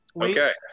okay